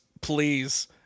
please